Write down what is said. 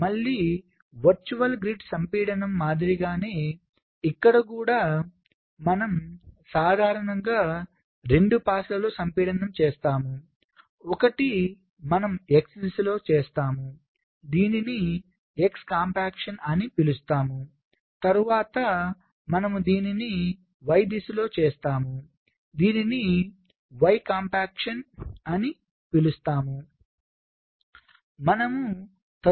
మళ్ళీ virtual grid సంపీడనం మాదిరిగానే ఇక్కడ కూడా మనం సాధారణంగా 2 పాస్లలో సంపీడనం చేస్తాము ఒకటి మనం x దిశలో చేస్తాము దీనిని x కంపాక్షన్ అని పిలుస్తాం తరువాత మనము దీన్ని y దిశలో చేస్తాము దీనిని y కంపాక్షన్ అని పిలుస్తాం